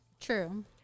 True